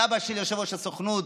סבא של יושב-ראש הסוכנות